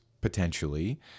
potentially